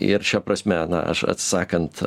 ir šia prasme na aš atsakant